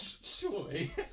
surely